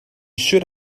should